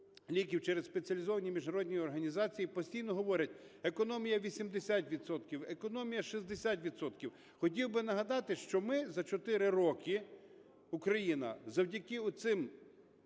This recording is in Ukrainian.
через спеціалізовані міжнародні організації, постійно говорять: економія 80 відсотків, економія 60 відсотків. Хотів би нагадати, що ми за 4 роки, Україна, завдяки цьому